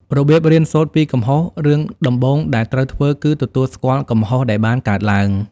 របៀបរៀនសូត្រពីកំហុសរឿងដំបូងដែលត្រូវធ្វើគឺ ទទួលស្គាល់កំហុស ដែលបានកើតឡើង។